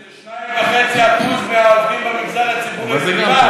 זה 2.5% מהעובדים במגזר הציבורי,